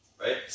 right